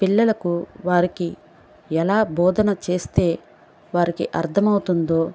పిల్లలకు వారికి ఎలా బోధన చేస్తే వారికి అర్థమవుతుందో